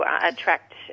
attract